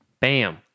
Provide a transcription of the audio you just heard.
Bam